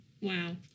wow